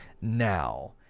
now